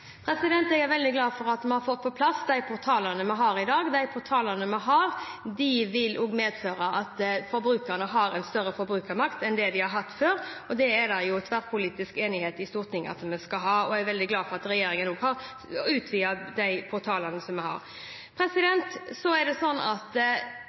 Jeg er veldig glad for at vi har fått på plass de portalene vi har i dag. De portalene vi har, vil også medføre at forbrukerne har en større forbrukermakt enn det de har hatt før. Det er det tverrpolitisk enighet i Stortinget om at de skal ha. Jeg er også veldig glad for at regjeringen har utvidet de portalene vi har. Så er det sånn at jeg må forholde meg til et flertall her i Stortinget, og derfor har jeg sagt at